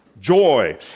joy